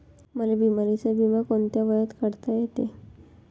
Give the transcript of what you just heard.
मले बिमारीचा बिमा कोंत्या वयात काढता येते?